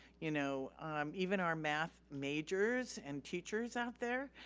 you know um even our math majors and teachers out there,